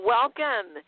Welcome